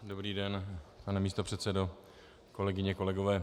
Dobrý den, pane místopředsedo, kolegyně, kolegové.